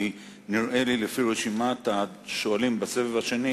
כי נראה לי לפי רשימת השואלים בסבב השני